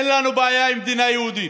אין לנו בעיה עם מדינה יהודית,